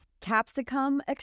capsicum